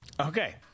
Okay